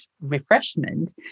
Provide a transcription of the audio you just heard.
refreshment